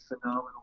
phenomenal